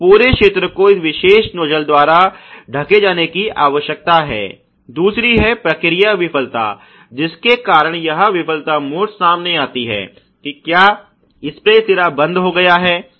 पूरे क्षेत्र को इस विशेष नोज्जल द्वारा ढके जाने की आवश्यकता है दूसरी है प्रक्रिया विफलता जिसके कारण यह विफलता मोड सामने आती है कि क्या स्प्रे सिरा बंद हो गया है